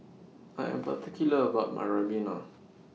I Am particular about My Ribena